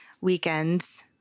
weekends